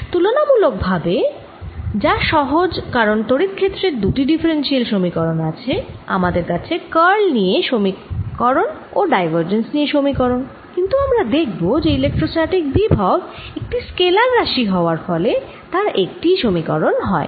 তুলনামুলক ভাবে যা সহজ কারণ তড়িৎ ক্ষেত্রের দুটি ডিফারেনশিয়াল সমীকরণ আছে আমাদের আছে কার্ল নিয়ে সমীকরণ ও ডাইভারজেন্স নিয়ে সমীকরণ কিন্তু আমরা দেখব যে ইলেক্ট্রোস্ট্যাটিক বিভব একটি স্কেলার রাশি হওয়ার ফলে তার একটিই সমীকরণ হয়